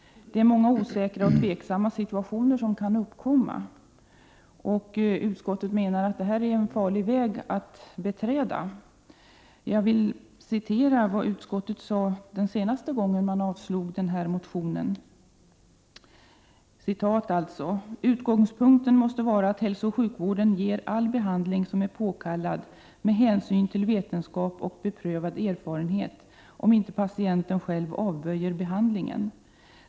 Många osäkra och tveksamma situationer kan uppkomma, och utskottet menar att detta är en farlig väg att beträda. Jag vill citera vad utskottet sade när en liknande motion avstyrktes senast: ”Utgångspunkten måste vara att hälsooch sjukvården ger all behandling som är påkallad med hänsyn till vetenskap och beprövad erfarenhet om inte patienten själv avböjer behandlingen.